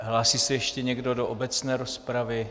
Hlásí se ještě někdo do obecné rozpravy?